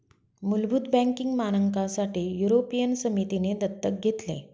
मुलभूत बँकिंग मानकांसाठी युरोपियन समितीने दत्तक घेतले